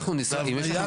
אנחנו ניסחנו.